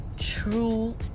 true